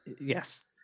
Yes